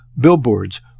billboards